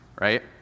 Right